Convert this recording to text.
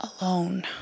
alone